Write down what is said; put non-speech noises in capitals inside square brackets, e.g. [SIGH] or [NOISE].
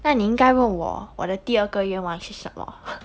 那你因该问我我的第二个愿望是什么 [LAUGHS]